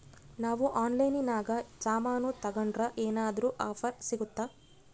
ನಾವು ಆನ್ಲೈನಿನಾಗ ಸಾಮಾನು ತಗಂಡ್ರ ಏನಾದ್ರೂ ಆಫರ್ ಸಿಗುತ್ತಾ?